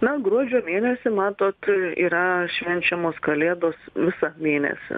na gruodžio mėnesį matot yra švenčiamos kalėdos visą mėnesį